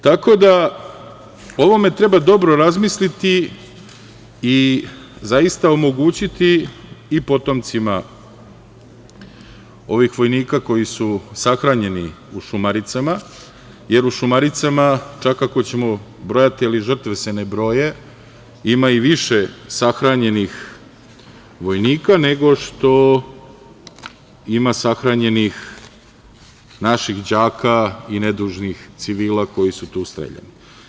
Tako da, o ovome treba dobro razmisliti i zaista omogućiti i potomcima ovih vojnika koji su sahranjeni u Šumaricama, jer u Šumaricama, ako ćemo brojati, ali žrtve se ne broje, ima i više sahranjenih vojnika nego što ima sahranjenih naših đaka i nedužnih civila koji su tu streljani.